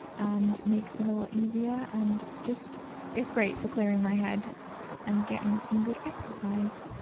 and makes and a lot easier and just is great for clearing my head and getting some good exercise.